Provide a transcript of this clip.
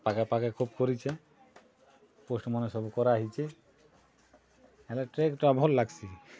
ପାଖେ ପାଖେ ଖୁବ୍ କରିଚେଁ ପୋଷ୍ଟ୍ ମାନ୍ ସବୁ କରା ହେଇଚେ ହେଲେ ଟ୍ରେକ୍ ଟା ଭଲ୍ ଲାଗ୍ ସି